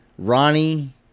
Ronnie